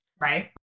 right